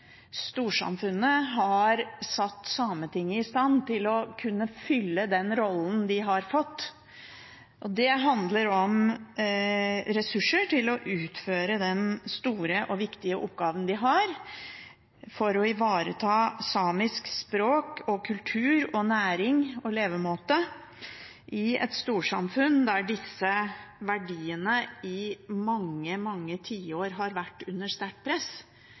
storsamfunnet har satt Sametinget i stand til å kunne fylle den rollen de har fått. Det handler om ressurser til å utføre den store og viktige oppgaven de har for å ivareta samisk språk og kultur, næring og levemåte i et storsamfunn der disse verdiene i mange, mange tiår har vært under sterkt press,